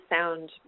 sound